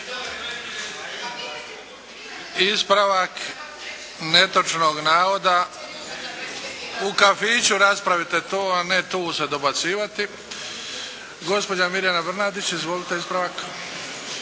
Ispravak netočnog navoda, u kafiću raspravite to a ne tu se dobacivati. Gospođa Mirjana Brnadić, izvolite ispravak.